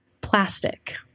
Plastic